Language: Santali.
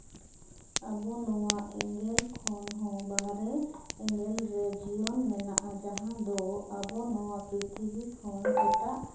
ᱟᱵᱚ ᱱᱚᱣᱟ ᱮᱸᱜᱮᱞ ᱠᱷᱚᱱ ᱦᱚᱸ ᱵᱟᱦᱨᱮ ᱮᱸᱜᱮᱞ ᱨᱮ ᱡᱤᱭᱚᱱ ᱢᱮᱱᱟᱜᱼᱟ ᱡᱟᱦᱟᱸ ᱫᱚ ᱟᱵᱚ ᱱᱚᱣᱟ ᱯᱨᱤᱛᱷᱤᱵᱤ ᱠᱷᱚᱱ ᱮᱴᱟᱜ